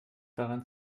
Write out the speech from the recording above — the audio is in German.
daran